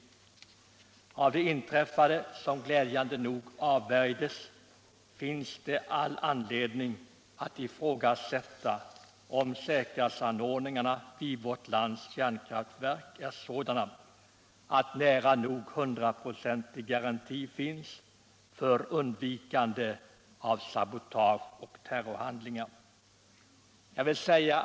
Sabotaget avvärjdes glädjande nog, men man har ändå all anledning att ifrågasätta om säkerhetsanordningarna vid vårt lands kärnkraftverk är sådana att nära nog hundraprocentig garanti finns för undvikande av sabotage och terrorhandlingar.